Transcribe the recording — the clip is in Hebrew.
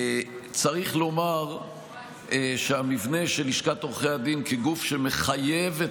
צריך לומר שהמבנה של לשכת עורכי הדין כגוף שמחייב את